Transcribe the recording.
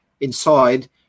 inside